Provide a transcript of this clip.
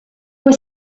were